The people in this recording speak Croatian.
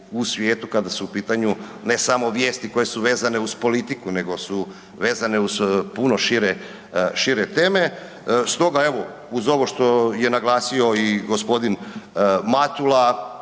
u svijetu, kada su u pitanju, ne samo vijesti koje su vezane uz politiku, nego su vezane uz puno šire teme. Stoga evo, uz ovo što je naglasio i g. Matula,